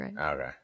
okay